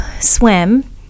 swim